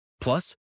Plus